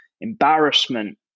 embarrassment